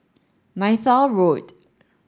Neythal Road